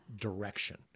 direction